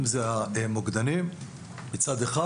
אם אלה המוקדנים מצד אחד.